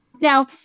now